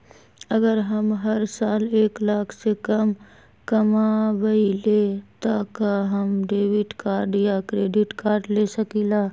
अगर हम हर साल एक लाख से कम कमावईले त का हम डेबिट कार्ड या क्रेडिट कार्ड ले सकीला?